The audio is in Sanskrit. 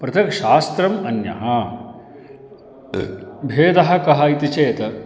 पृथक् शास्त्रम् अन्यः भेदः कः इति चेत्